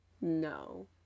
No